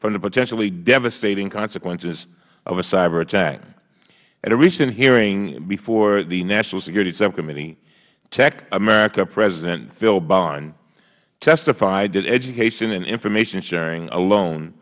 from the potentially devastating consequences of a cyber attack at a recent hearing before the national security subcommittee tech america president phil bond testified that education and information sharing alone